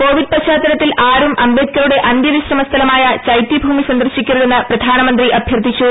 Covid പശ്ചാത്തല ത്തിൽ ആരും അംബേദ്കറുടെ അന്തൃവിശ്രമ സ്ഥലമായ ചൈതൃഭൂമി സന്ദർശിക്കരുതെന്നു പ്രധാനമന്ത്രി അഭൃർത്ഥിച്ചു